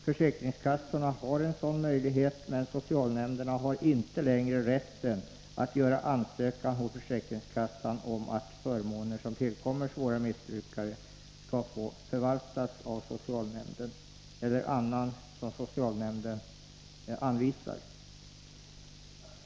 Försäkringskassorna har en sådan möjlighet, men socialnämnderna har inte längre rätt att ansöka hos försäkringskassan om att förmåner som tillkommer svårare missbrukare skall få förvaltas av socialnämnden eller annan som socialnämnden anvisar.